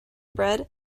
bread